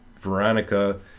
veronica